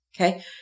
Okay